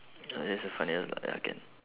ah that is the funniest ah ya can